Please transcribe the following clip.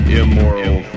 immoral